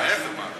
ההפך, מה?